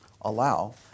allow